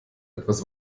etwas